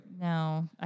No